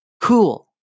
cool